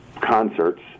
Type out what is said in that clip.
concerts